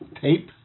tape